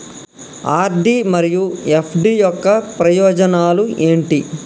RD మరియు FD యొక్క ప్రయోజనాలు ఏంటి?